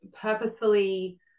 purposefully